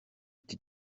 iki